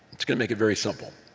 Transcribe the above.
it's going to make it very simple.